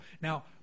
Now